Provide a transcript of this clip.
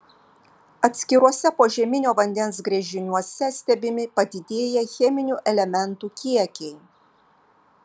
atskiruose požeminio vandens gręžiniuose stebimi padidėję cheminių elementų kiekiai